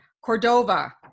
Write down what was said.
Cordova